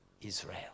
Israel